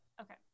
Okay